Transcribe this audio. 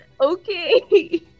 Okay